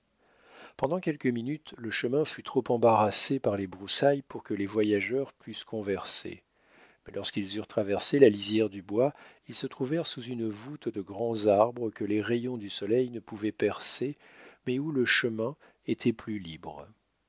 pendant quelques minutes le chemin fut trop embarrassé par les broussailles pour que les voyageurs pussent converser mais lorsqu'ils eurent traversé la lisière du bois ils se trouvèrent sous une voûte de grands arbres que les rayons du soleil ne pouvaient percer mais où le chemin était plus libre